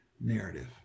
narrative